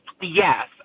Yes